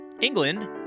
england